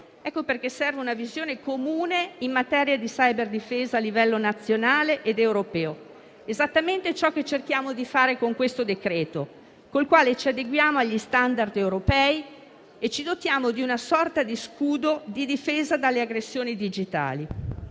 Per questo serve una visione comune in materia di cyberdifesa a livello nazionale ed europeo: esattamente ciò che cerchiamo di fare con questo decreto-legge, col quale ci adeguiamo agli *standard* europei e ci dotiamo di una sorta di scudo di difesa dalle aggressioni digitali.